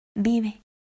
Vive